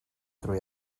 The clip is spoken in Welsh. trwy